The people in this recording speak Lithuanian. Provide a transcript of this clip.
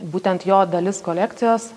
būtent jo dalis kolekcijos